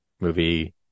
movie